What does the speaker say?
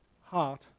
heart